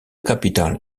capital